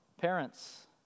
Parents